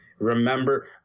Remember